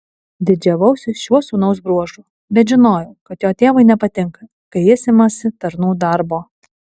didžiavausi šiuo sūnaus bruožu bet žinojau kad jo tėvui nepatinka kai jis imasi tarnų darbo